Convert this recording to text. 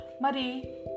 mari